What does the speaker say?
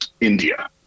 india